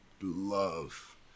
love